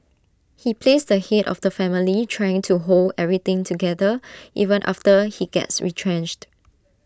he plays the Head of the family trying to hold everything together even after he gets retrenched